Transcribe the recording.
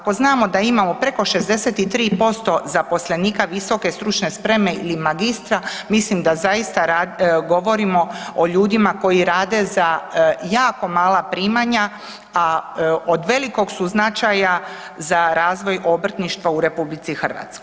Ako znamo da imamo preko 63% zaposlenika visoke stručne spreme ili magistra mislim da zaista govorimo o ljudima koji rade za jako mala primanja, a od velikog su značaja za razvoj obrtništva u RH.